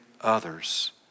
others